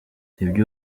ibyo